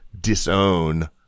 disown